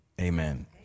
Amen